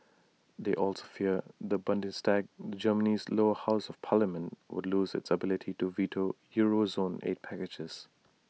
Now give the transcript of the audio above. they also fear the Bundestag Germany's lower house of parliament would lose its ability to veto euro zone aid packages